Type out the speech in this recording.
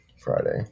Friday